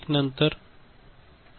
आणि नंतर हे 11 होईल